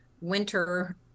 winter